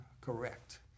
correct